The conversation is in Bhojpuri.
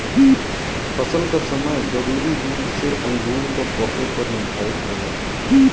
फसल क समय जरूरी रूप से अंगूर क पके पर निर्धारित होला